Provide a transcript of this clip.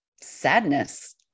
sadness